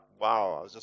wow